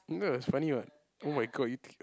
ya it's funny what oh-my-god you